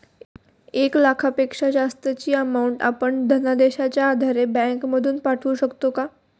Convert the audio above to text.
एक लाखापेक्षा जास्तची अमाउंट आपण धनादेशच्या आधारे बँक मधून पाठवू शकतो का?